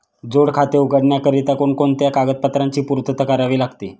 जोड खाते उघडण्याकरिता कोणकोणत्या कागदपत्रांची पूर्तता करावी लागते?